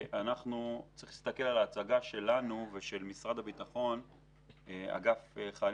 שצריך להסתכל על ההצגה שלנו ושל אגף חיילים